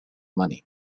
money